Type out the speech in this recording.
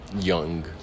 young